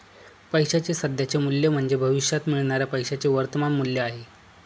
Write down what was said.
पैशाचे सध्याचे मूल्य म्हणजे भविष्यात मिळणाऱ्या पैशाचे वर्तमान मूल्य आहे